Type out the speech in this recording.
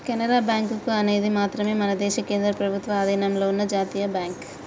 Canara bank అనేది మాత్రమే మన దేశ కేంద్ర ప్రభుత్వ అధీనంలో ఉన్న జాతీయ బ్యాంక్